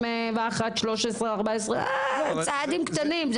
צעדים קטנים.